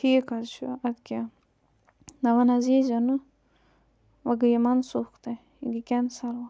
ٹھیٖک حظ چھُ اَدٕ کیٛاہ نَہ وۄنۍ حظ ییٖزیو نہٕ وۄنۍ گٔے یہِ مَنسوٗخ تۄہہِ یہِ گٔے کٮ۪نسَل وۄنۍ